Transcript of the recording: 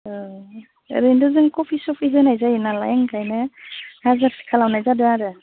औ ओरैनो जों कफि सफि होनाय जायो नालाय ओंखायनो हाजारसे खालामनाय जादों आरो